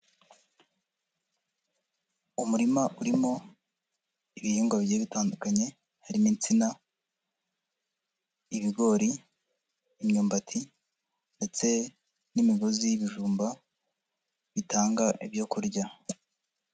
Umurima urimo ibihingwa bigiye bitandukanye harimo insina, ibigori, imyumbati ndetse n'imigozi y'ibijumba bitanga ibyo kurya.